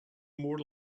more